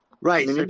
right